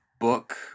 book